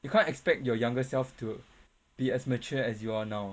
you can't expect your younger self to be as mature as you are now